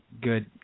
good